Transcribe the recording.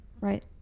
Right